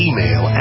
Email